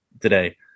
today